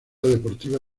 deportiva